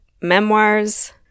memoirs